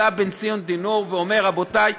עלה בן-ציון דינור ואמר: רבותי,